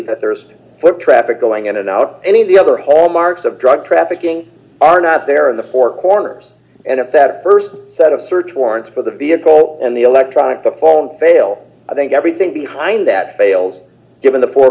that there's foot traffic going in and out any of the other hallmarks of drug trafficking are not there in the four corners and if that st set of search warrants for the vehicle d and the electronic the phone fail i think everything behind that fails given the four